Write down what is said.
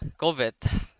COVID